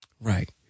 right